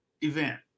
event